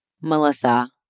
Melissa